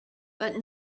but